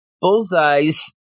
Bullseyes